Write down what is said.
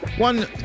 One